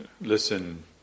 listen